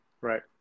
Right